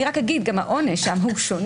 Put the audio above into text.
אני רק אומר שגם העונש הוא שונה.